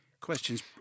questions